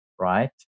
right